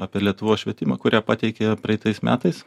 apie lietuvos švietimą kurią pateikė praeitais metais